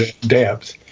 depth